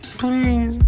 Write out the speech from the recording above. please